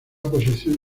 posición